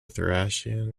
thracian